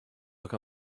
look